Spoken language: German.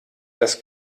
das